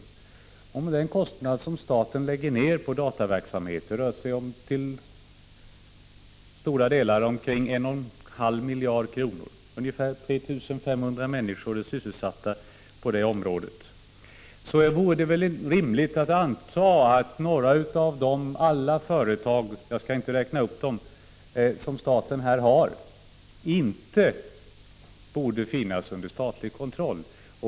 Med tanke på den kostnad som staten lägger ned på dataverksamheten — det rör sig om i runda tal 1,5 miljarder kronor, och ungefär 3 500 människor är sysselsatta — vore det rimligt att anta att några av alla statens företag på detta område, som jag inte skall räkna upp, inte borde finnas under statlig kontroll.